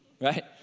right